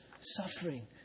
suffering